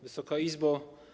Wysoka Izbo!